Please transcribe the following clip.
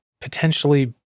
potentially